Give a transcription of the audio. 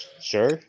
Sure